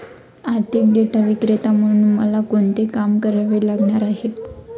आर्थिक डेटा विक्रेता म्हणून मला कोणते काम करावे लागणार आहे?